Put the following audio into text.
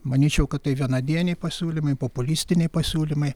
manyčiau kad tai vienadieniai pasiūlymai populistiniai pasiūlymai